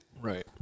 Right